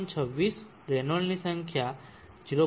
26 રેનોલ્ડની સંખ્યા 0